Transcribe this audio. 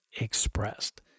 expressed